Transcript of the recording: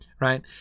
right